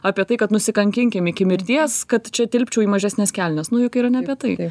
apie tai kad nusikankinkim iki mirties kad čia tilpčiau į mažesnes kelnes nu juk yra ne apie tai